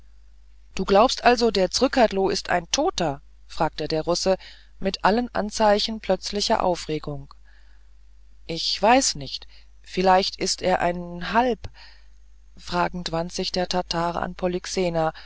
du glaubst also der zrcadlo ist ein toter fragte der russe mit allen anzeichen plötzlicher aufregung ich weiß nicht vielleicht ist er ein halb fragend wandte sich der tatar an